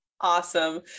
Awesome